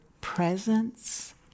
presence